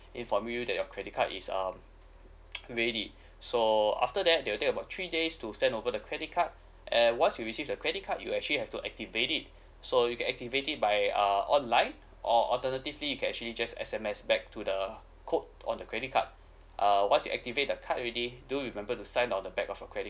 inform you that your credit card is um ready so after that they will take about three days to send over the credit card and once you receive the credit card you actually have to activate it so you can activate it by ah online or alternatively you can actually just S_M_S back to the code on the credit card uh once you activate the card already do remember the sign on the back of the credit